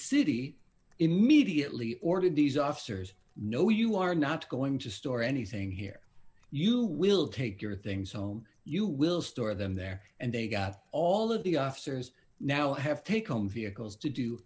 city immediately ordered these officers know you are not going to store anything here you will take your things home you will store them there and they got all of the officers now have taken vehicles to do